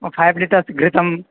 ओ five litres घृतम्